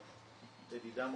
לדידם,